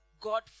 God